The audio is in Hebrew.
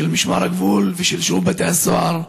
של משמר הגבול ושל שירות בתי הסוהר.